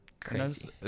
Crazy